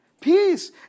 Peace